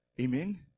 Amen